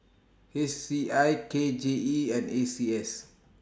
H C I K J E and A C S